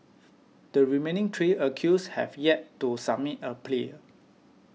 the remaining three accused have yet to submit a plea